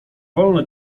wolno